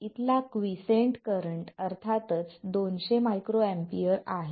इथला quiescent current अर्थातच 200µA आहे